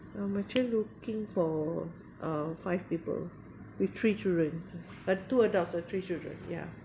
I'm actually looking for uh five people with three children but two adults and three children ya